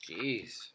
Jeez